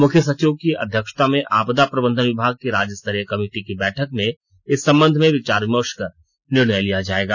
मुख्य सचिव की अध्यक्षता में आपदा प्रबंधन विभाग की राज्यस्तरीय कमिटी की बैठक में इस संबंध में विचार विमर्श कर निर्णय लिया जायेगा